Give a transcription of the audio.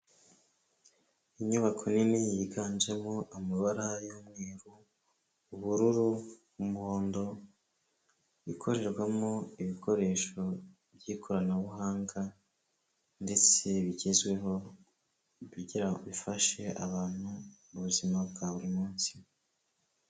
Inyubako nini yiganjemo amabara y'umweru, ubururu, umuhondo, ikorerwamo ibikoresho by'ikoranabuhanga ndetse bigezweho kugira bifashe abantu mu buzima bwa buri munsi.